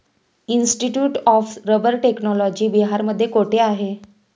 Institute of rubber technology बिहारमध्ये कोठे आहे?